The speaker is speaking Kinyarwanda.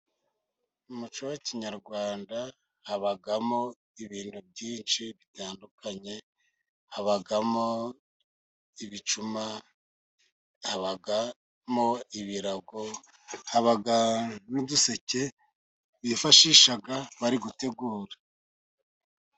Mu muco wa kinyarwanda habamo ibintu byinshi bitandukanye: habamo ibicuma, habamo ibirago, uduseke bifashishaga bari gutegura.